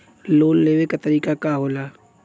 Loan लेवे क तरीकाका होला?